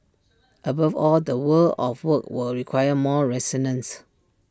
above all the world of work will require more resilience